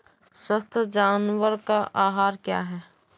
स्वस्थ जानवर का आहार क्या है?